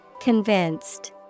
Convinced